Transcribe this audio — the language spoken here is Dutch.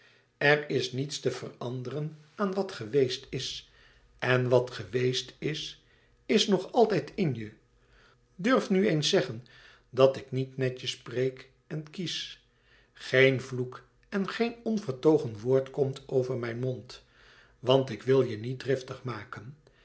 er is niets te veranderen aan wat geweest is en wat geweest is is nog altijd in je durf nu eens zeggen dat ik niet netjes spreek en kiesch geen vloek en geen onvertogen woord komt over mijn mond want ik wil je niet driftig maken